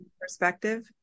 perspective